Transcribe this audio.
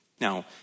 Now